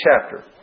chapter